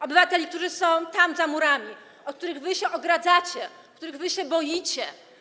Obywateli, którzy są tam za murami, od których się odgradzacie, których się boicie.